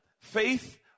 Faith